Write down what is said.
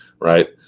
right